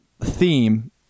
theme